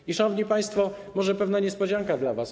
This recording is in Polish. I, szanowni państwo, może pewna niespodzianka dla was.